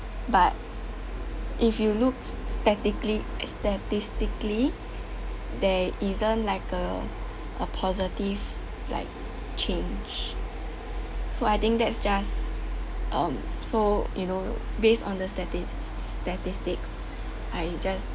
but if you look s~ staticly statistically there isn't like a a positive like change so I think that's just um so you know base on the statis~ statistic I just